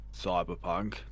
Cyberpunk